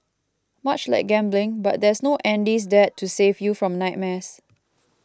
much like gambling but there's no Andy's Dad to save you from nightmares